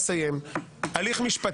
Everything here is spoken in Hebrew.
בשעה 13:03. היה אז הרבה שיח מקדים,